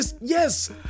Yes